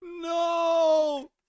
no